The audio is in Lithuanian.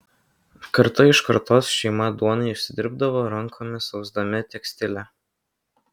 karta iš kartos šeima duonai užsidirbdavo rankomis ausdami tekstilę